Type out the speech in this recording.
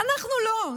אנחנו לא.